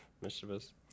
Mischievous